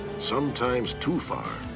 sometimes too far.